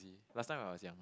last time when I was young